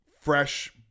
fresh